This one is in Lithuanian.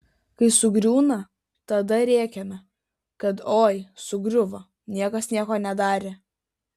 kai sugriūna tada rėkiame kad oi sugriuvo niekas nieko nedarė